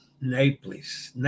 Naples